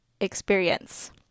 experience